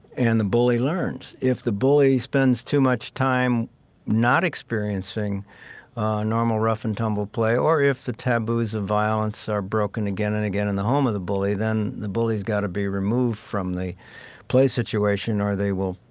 and the bully learns. if the bully spends too much time not experiencing normal rough-and-tumble play, or if the taboos of violence are broken again and again in the home of the bully, then the bully's got to be removed from the play situation or they will,